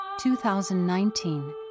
2019